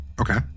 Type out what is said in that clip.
Okay